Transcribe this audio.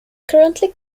currently